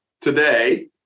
today